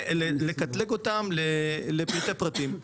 ולקטלג אותן לפרטי הפרטים.